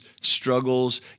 struggles